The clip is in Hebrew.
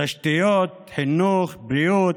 תשתיות, חינוך, בריאות,